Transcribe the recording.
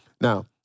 Now